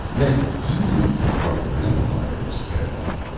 that you are the ramifier, mr. pedagog.